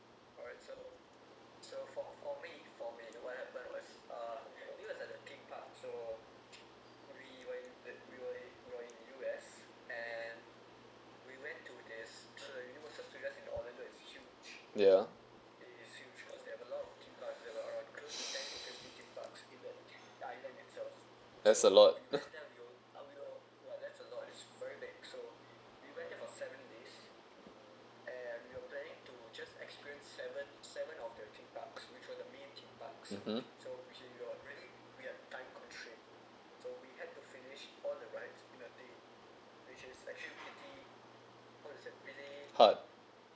yeah that's a lot hard